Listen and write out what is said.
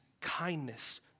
kindness